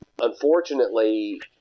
unfortunately